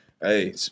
Hey